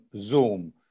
Zoom